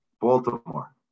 Baltimore